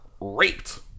raped